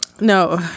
no